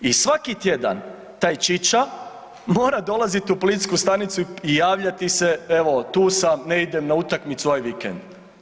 I svaki tjedan taj čiča mora dolaziti u policijsku stanicu i javljati se, evo tu sam, ne idem na utakmicu ovaj vikend.